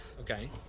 Okay